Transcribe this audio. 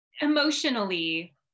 emotionally